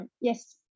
Yes